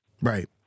Right